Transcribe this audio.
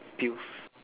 pills